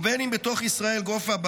ובין אם בתוך ישראל גופה,